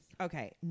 Okay